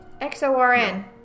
X-O-R-N